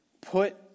put